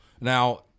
Now